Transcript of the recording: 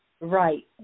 right